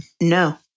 No